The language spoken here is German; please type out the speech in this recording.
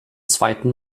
zweiten